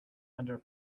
under